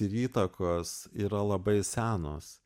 ir įtakos yra labai senos